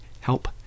help